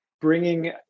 bringing